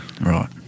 Right